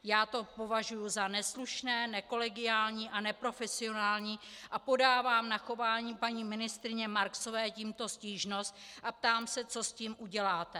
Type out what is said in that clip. Já to považuji za neslušné, nekolegiální a neprofesionální a podávám na chování paní ministryně Marksové tímto stížnost a ptám se, co s tím uděláte.